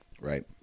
Right